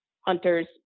hunters